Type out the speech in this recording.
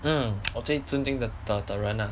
hmm 我最尊敬的人 ah